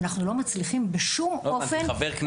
ואנחנו לא מצליחים בשום אופן להשיג --- לא הבנתי,